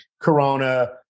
Corona